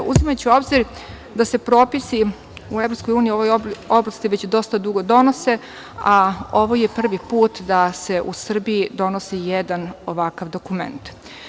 Uzimajući u obzir da se propisi u EU, u ovoj oblasti, već dosta dugo donose, a ovo je prvi put da se u Srbiji donosi jedan ovakav dokument.